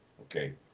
okay